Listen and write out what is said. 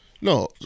No